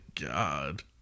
God